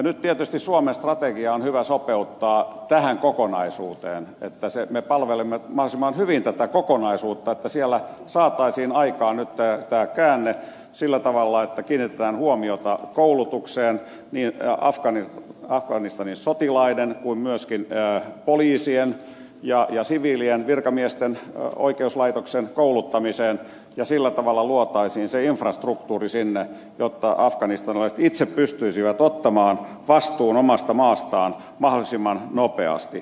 nyt tietysti suomen strategia on hyvä sopeuttaa tähän kokonaisuuteen että me palvelemme mahdollisimman hyvin tätä kokonaisuutta että siellä saataisiin aikaan nyt tämä käänne sillä tavalla että kiinnitetään huomiota koulutukseen niin afganistanin sotilaiden kuin myöskin poliisien ja siviilien virkamiesten oikeuslaitoksen kouluttamiseen ja sillä tavalla luotaisiin se infrastruktuuri sinne jotta afganistanilaiset itse pystyisivät ottamaan vastuun omasta maastaan mahdollisimman nopeasti